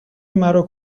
مرا